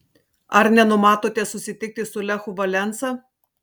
ar nenumatote susitikti su lechu valensa